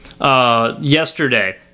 Yesterday